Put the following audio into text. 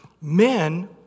Men